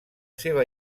seva